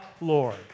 Lord